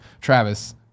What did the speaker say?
Travis